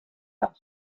asked